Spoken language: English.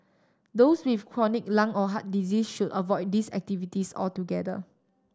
those with chronic lung or heart disease should avoid these activities altogether